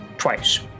Twice